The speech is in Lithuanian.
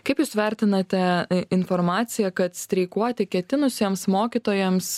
kaip jūs vertinate informaciją kad streikuoti ketinusiems mokytojams